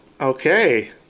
Okay